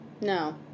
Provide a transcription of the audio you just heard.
No